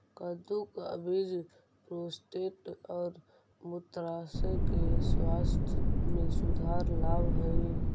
कद्दू का बीज प्रोस्टेट और मूत्राशय के स्वास्थ्य में सुधार लाव हई